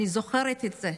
אני זוכרת את זה.